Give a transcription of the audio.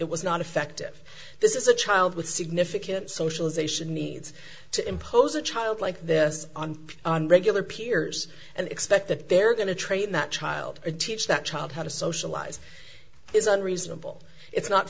was not effective this is a child with significant socialization needs to impose a child like this on a regular peers and expect that they're going to train that child and teach that child how to socialize is unreasonable it's not